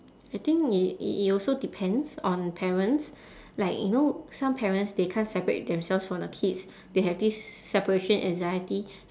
I think it it it also depends on parents like you know some parents they can't separate themselves from the kids they have this separation anxiety